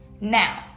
Now